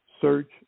search